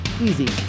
easy